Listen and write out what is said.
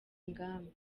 ingamba